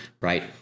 right